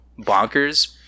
bonkers